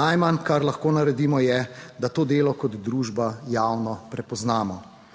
Najmanj, kar lahko naredimo, je, da to delo kot družba javno prepoznamo.